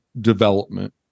development